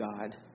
God